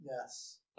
Yes